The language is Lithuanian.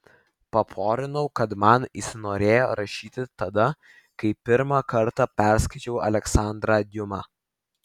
paporinau kad man įsinorėjo rašyti tada kai pirmą kartą perskaičiau aleksandrą diuma